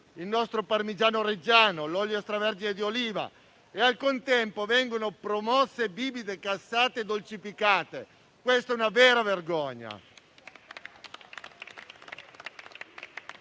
il nostro parmigiano reggiano e l'olio extravergine di oliva, mentre al contempo vengono promosse bibite gassate e dolcificate: questa è una vera vergogna.